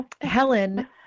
helen